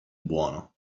buono